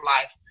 life